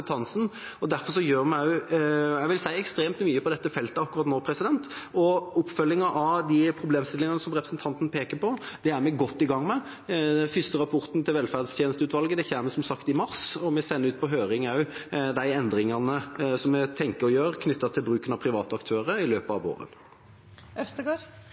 og godt tilbud, og at de får kompetent hjelp. Derfor gjør vi ekstremt mye på dette feltet akkurat nå. Oppfølgingen av problemstillingene som representanten Øvstegård peker på, er vi godt i gang med. Den første rapporten fra velferdstjenesteutvalget kommer som sagt i mars, og vi sender ut på høring de endringene vi tenker vi vil gjøre knyttet til private aktører, i løpet